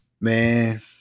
Man